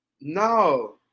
no